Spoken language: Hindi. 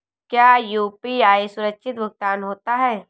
क्या यू.पी.आई सुरक्षित भुगतान होता है?